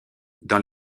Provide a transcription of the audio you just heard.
dans